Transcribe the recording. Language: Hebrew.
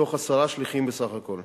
מתוך עשרה שליחים בסך הכול.